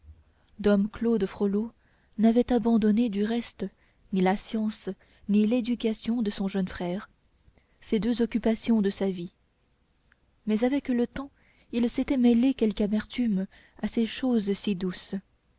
dom claude frollo n'avait abandonné du reste ni la science ni l'éducation de son jeune frère ces deux occupations de sa vie mais avec le temps il s'était mêlé quelque amertume à ces choses si douces